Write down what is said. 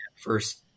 first